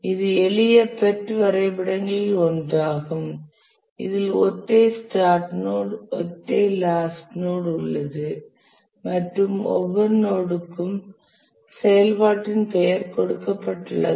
இது எளிய PERT வரைபடங்களில் ஒன்றாகும் இதில் ஒற்றை ஸ்டார்ட் நோட் ஒற்றை லாஸ்ட் நோட் உள்ளது மற்றும் ஒவ்வொரு நோடிற்கும் செயல்பாட்டின் பெயர் கொடுக்கப்பட்டுள்ளது